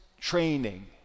training